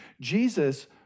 Jesus